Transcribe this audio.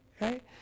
right